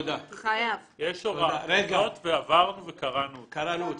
יש הוראה שעברנו וקראנו אותה.